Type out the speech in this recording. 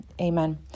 Amen